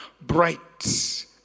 bright